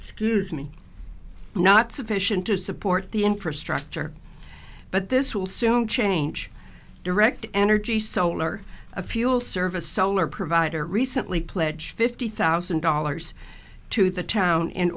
scuse me not sufficient to support the infrastructure but this will soon change direct energy solar a fuel service solar provider recently pledged fifty thousand dollars to the town in